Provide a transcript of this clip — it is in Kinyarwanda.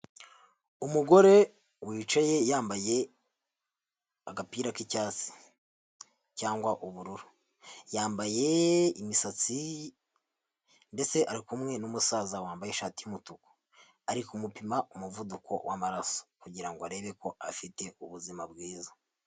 Umugore wicaye yambaye agapira k'icyatsi cyangwa ubururu, yambaye imisatsi ndetse ari kumwe n'umusaza wambaye ishati y'umutuku, ari kumupima umuvuduko w'amaraso kugira ngo arebe ko afite ubuzima bwiza.